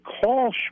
call